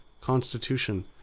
constitution